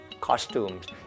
costumes